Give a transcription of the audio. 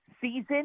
season